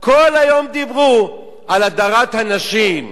כל היום דיברו על הדרת הנשים.